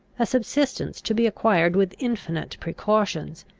a subsistence to be acquired with infinite precautions,